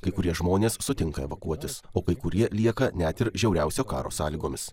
kai kurie žmonės sutinka evakuotis o kai kurie lieka net ir žiauriausio karo sąlygomis